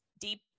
deep